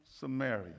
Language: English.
Samaria